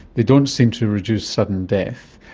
they don't seem to reduce sudden death.